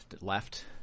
left